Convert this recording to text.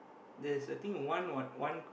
there's I think one what one